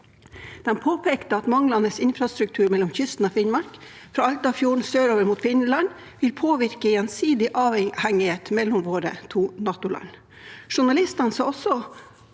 De påpekte at manglende infrastruktur mellom kysten av Finnmark, fra Altafjorden og sørover mot Finland, vil påvirke avhengigheten mellom våre to NATO-land gjensidig. Journalistene så også